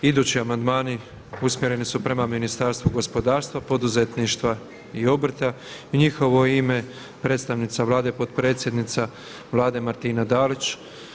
Idući amandmani usmjereni su prema Ministarstvu gospodarstva, poduzetništva i obrta, i u njihovo ime predstavnica Vlade potpredsjednica Vlade Martina Dalić.